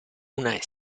una